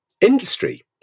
industry